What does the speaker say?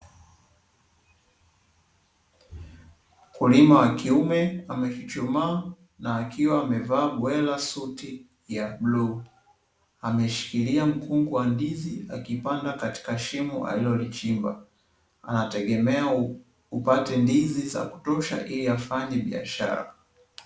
Mkulima wa kiume amechuchumaa na akiwa amevaa bwela suti ya bluu ameshikilia mkungu wa ndizi akipanda katika shimo alilolichimba. Anategemea apate ndizi za kutosha ili afanye biashara.